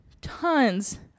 tons